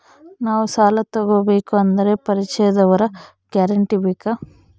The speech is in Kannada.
ನಾವು ಸಾಲ ತೋಗಬೇಕು ಅಂದರೆ ಪರಿಚಯದವರ ಗ್ಯಾರಂಟಿ ಬೇಕಾ?